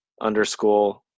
underscore